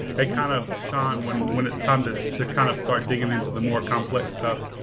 they kind of shine when when it's time to to kind of start digging into the more complex stuff,